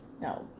No